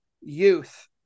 youth